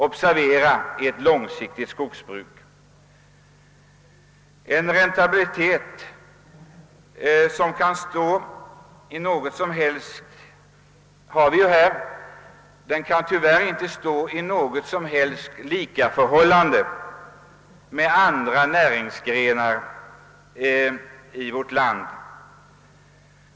Observera att jag säger ett långsiktigt skogsbruk. Räntabiliteten står inte i något som helst likaförhållande till räntabiliteten inom andra grenar av vårt näringsliv.